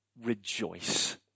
Rejoice